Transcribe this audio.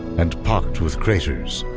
and pocked with craters.